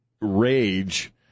rage